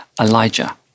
Elijah